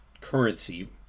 currency